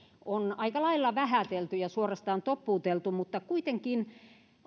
on aika lailla vähätelty ja suorastaan toppuuteltu mutta kuitenkin